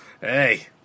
hey